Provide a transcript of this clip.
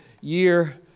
year